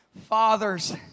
fathers